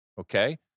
okay